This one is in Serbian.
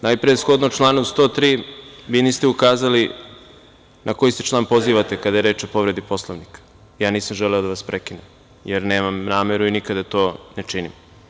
Najpre, shodno članu 103. vi niste ukazali na koji se član pozivate kada je reč o povredi Poslovnika i ja nisam želeo da vas prekidam, jer nemam nameru i nikada to ne činim.